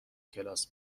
کلاس